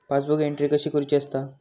Passbook entry कशी करुची असता?